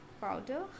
powder